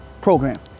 program